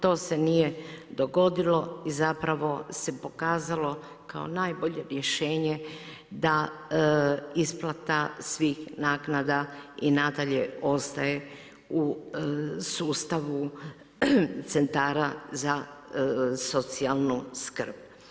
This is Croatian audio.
To se nije dogodilo i zapravo se pokazalo kao najbolje rješenje da isplata svih naknada i nadalje ostaje u sustavu Centara za socijalnu skrb.